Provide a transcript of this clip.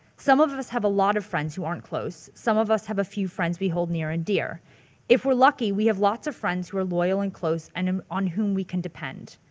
some of of us have a lot of friends who aren't close, some of us have a few friends we hold near and dear if we're lucky we have lots of friends who are loyal and close and um on whom we can depend.